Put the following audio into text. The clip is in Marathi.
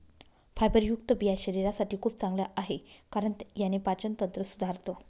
फायबरयुक्त बिया शरीरासाठी खूप चांगल्या आहे, कारण याने पाचन तंत्र सुधारतं